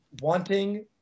wanting